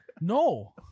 No